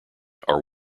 are